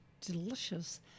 delicious